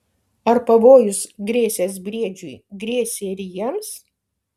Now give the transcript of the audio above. ar pavojus grėsęs briedžiui grėsė ir jiems